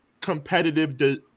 competitive